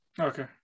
Okay